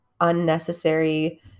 unnecessary